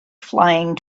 flying